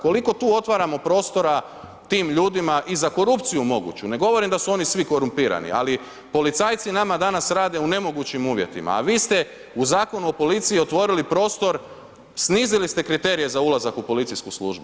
Koliko tu otvaramo prostora tim ljudima i za korupciju moguću, ne govorim da su oni svi korumpirani ali policajci nama danas rade u nemogućim uvjetima a vi ste u Zakonu o policiji otvorili prostor, snizili ste kriterije za ulazak u policijsku službu.